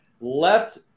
left